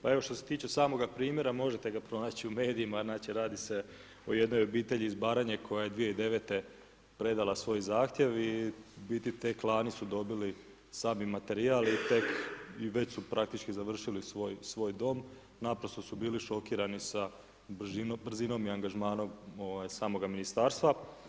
Pa evo što se tiče samoga primjera možete ga pronaći u medijima, znači radi se o jednoj obitelji iz Baranje koja je 2009. predala svoj zahtjev i u biti tek lani su dobili sami materijal i već su praktički završili svoj dom, naprosto su bili šokirani sa brzinom i angažmanom samoga ministarstva.